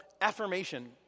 affirmation